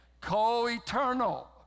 Co-eternal